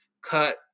cut